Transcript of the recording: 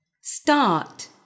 start